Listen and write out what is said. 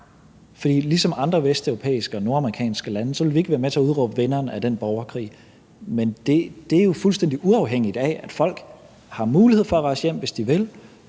ligesom andre vesteuropæiske og nordamerikanske lande vil vi ikke være med til at udråbe vinderen af den borgerkrig. Men det er jo fuldstændig uafhængigt af, at folk har mulighed for at rejse hjem, hvis de vil;